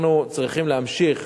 אנחנו צריכים להמשיך